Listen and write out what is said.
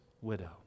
widow